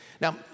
Now